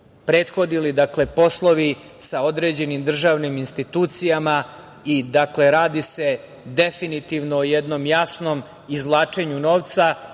prethodili poslovi sa određenim državnim institucijama. Dakle, radi se definitivno o jednom jasnom izvlačenju novca